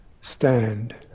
stand